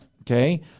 okay